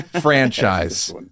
franchise